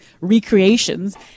recreations